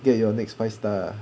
get your next five star